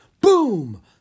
Boom